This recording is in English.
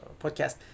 podcast